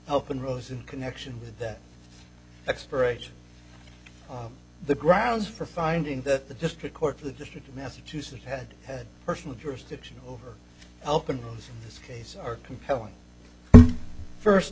help and rose in connection with that expiration of the grounds for finding that the district court for the district of massachusetts had had personal jurisdiction over help in this case are compelling first